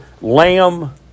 lamb